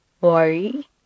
worry